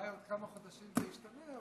התשע"ח 2018, שקיבלה פטור מחובת הנחה.